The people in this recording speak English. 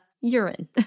urine